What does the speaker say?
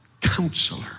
Counselor